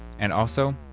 and also,